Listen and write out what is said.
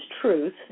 truth